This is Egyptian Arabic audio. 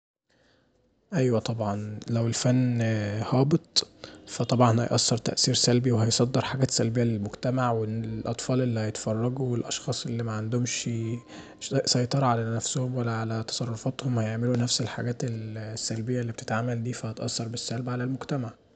أيوه طبعا لو الفن هابط هيأثر تأثير سلبي وهيصدر حاجات سلبيه للمجتمع والأطفال اللي هيتفرجوا والأشخاص اللي معندهومش سيطره علي نفسهم ولا علي تصرفاتهم فهيعملوا نفس الحاجات السلبيه اللي بتتعمل دي هتأثر بالسلب علي المجتمع.